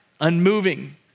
unmoving